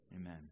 amen